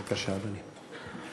בבקשה, אדוני.